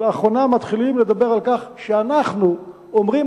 לאחרונה מתחילים לדבר על כך שאנחנו אומרים